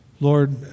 Lord